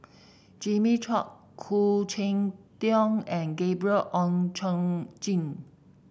Jimmy Chok Khoo Cheng Tiong and Gabriel Oon Chong Jin